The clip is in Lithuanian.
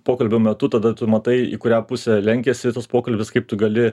pokalbio metu tada tu matai į kurią pusę lenkiasi tas pokalbis kaip tu gali